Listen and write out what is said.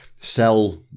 sell